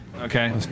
Okay